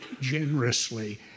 generously